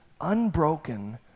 unbroken